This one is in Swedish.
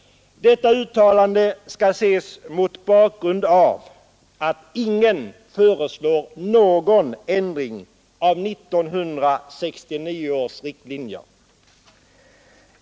Detta uttalande skall ses mot bakgrund av att ingen föreslår någon ändring i 1969 års riktlinjer.